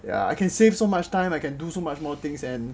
ya I can save so much time I can do so much more things and